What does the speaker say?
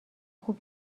خوب